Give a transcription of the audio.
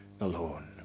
alone